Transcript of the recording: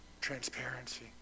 transparency